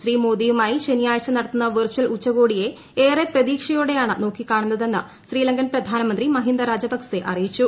ശ്രീ മോദിയുമായി ശനിയാഴ്ച നടത്തുന്ന വിർചൽ ഉച്ചകോടിയെ ഏറെ പ്രതീക്ഷയോടെയാണ് നോക്കി കാണുന്നത് എന്ന് ശ്രീലങ്കൻ പ്രധാനമന്ത്രി മഹിന്ദ രജപക്സെ അറിയിച്ചു